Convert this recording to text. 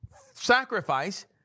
sacrifice